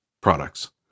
products